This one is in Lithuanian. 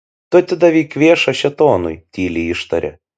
tu atidavei kvėšą šėtonui tyliai ištarė